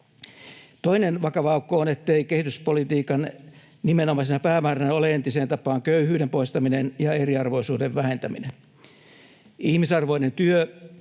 Toinen vakava aukko on, ettei kehityspolitiikan nimenomaisena päämääränä ole entiseen tapaan köyhyyden poistaminen ja eriarvoisuuden vähentäminen. Ihmisarvoinen työ